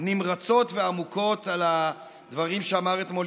נמרצות ועמוקות על הדברים שאמר אתמול